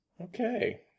Okay